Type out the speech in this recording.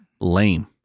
lame